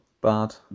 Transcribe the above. Bad